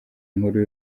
nkuru